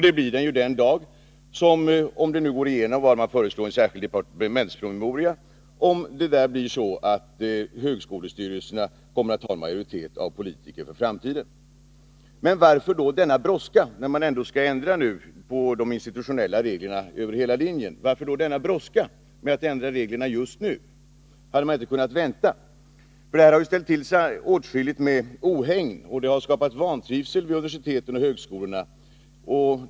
Det blir den ju den dag som —- om det som föreslås i en särskild departementspromemoria går igenom — högskolestyrelserna kommer att ha en majoritet av politiker. Men varför då denna brådska med att ändra reglerna just nu, när man ändå skall ändra på de institutionella reglerna över hela linjen? Hade man inte kunnat vänta? Detta har ställt till åtskilligt med ohägn, och det har skapat vantrivsel vid universiteten och högskolorna.